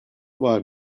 var